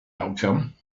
outcome